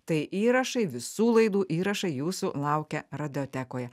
tai įrašai visų laidų įrašai jūsų laukia radiotekoje